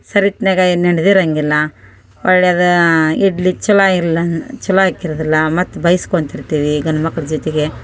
ಸರಿತ್ನಲ್ಲಿ ಏನು ನಡ್ಡಿರೋಂಗಿಲ್ಲ ಹೊಳ್ಳಿ ಅದು ಇಡ್ಲಿ ಛಲೋ ಆಗಿರಲಿಲ್ಲ ಛಲೋ ಹಾಕಿರೋದಿಲ್ಲ ಮತ್ತು ಬೈಸ್ಕೊತಿರ್ತೀವಿ ಗಂಡು ಮಕ್ಕಳು ಜೊತೆಗೆ